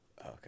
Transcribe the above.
okay